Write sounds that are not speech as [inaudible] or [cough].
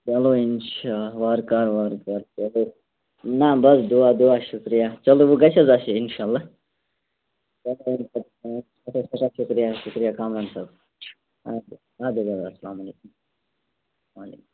چَلو اِنشاء وارٕکار وارٕکار [unintelligible] نَہ بس دُعا دُعا شُکریہ چَلو وۄنۍ گَژھِ حظ اَسہِ یہِ اِنشاء اللہ [unintelligible] سٮ۪ٹھاہ سٮ۪ٹھاہ شُکریہ شُکریہ کامران صٲب اَچھا اَدٕ حظ اَدٕ حظ اَلسلام علیکُم [unintelligible]